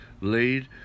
laid